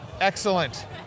excellent